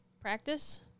practice